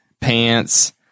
pants